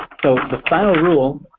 so the final rule